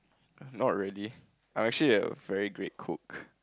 not really I'm actually a very great cook